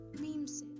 memes